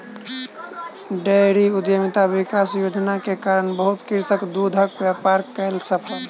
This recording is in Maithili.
डेयरी उद्यमिता विकास योजना के कारण बहुत कृषक दूधक व्यापार कय सकल